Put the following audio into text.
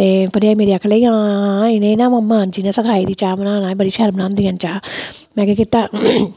ते भरजाई मेरी आखन लगी हां हां इ'नें गी ना मांजी ने सखाई दी चाह् बनाना एह् बड़ी शैल बनांदियां न चाह में केह् कीता